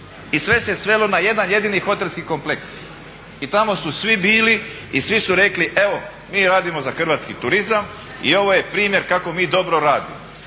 I sve se svelo na jedan jedini hotelski kompleks i tamo su svi bili i svi su rekli evo mi radimo za hrvatski turizam i ovo je primjer kako mi dobro radimo